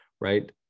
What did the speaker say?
right